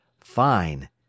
Fine